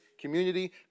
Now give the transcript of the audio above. community